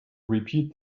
repeat